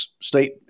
state